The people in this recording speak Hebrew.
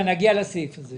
עוד נגיע לסעיף הזה.